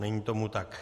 Není tomu tak.